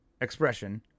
expression